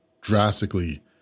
drastically